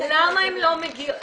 למה הן לא מגיעות?